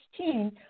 16